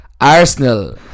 Arsenal